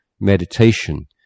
meditation